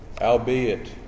albeit